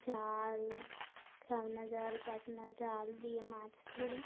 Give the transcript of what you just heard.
জাল খেলনা জাল ফাতনা জাল দিয়ে মাছ ধরি